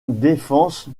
défenses